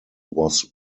was